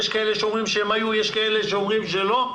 יש כאלה שאומרים שהיו ויש כאלה שאומרים שלא,